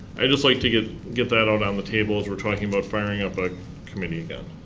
i'd just like to get get that out on the table as we're talking about firing up a committee again.